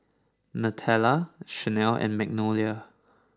Nutella Chanel and Magnolia